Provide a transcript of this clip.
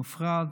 מופרד,